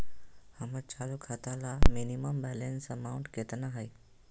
हमर चालू खाता ला मिनिमम बैलेंस अमाउंट केतना हइ?